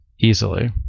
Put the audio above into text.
Easily